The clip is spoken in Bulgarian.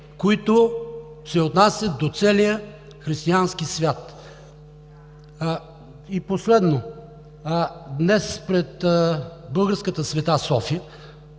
които се отнасят до целия християнски свят. И последно, днес на мястото пред българската „Света София“,